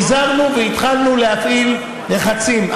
החזרנו והתחלנו להפעיל לחצים.